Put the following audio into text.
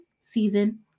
season